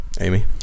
Amy